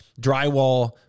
drywall